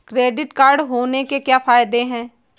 Credit card होने के क्या फायदे हैं?